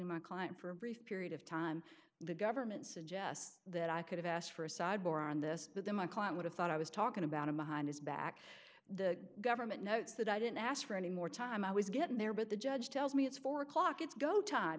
to my client for a brief period of time the government suggests that i could have asked for a sidebar on this but then my client would have thought i was talking about of behind his back the government notes that i didn't ask for any more time i was getting there but the judge tells me it's four o'clock it's go time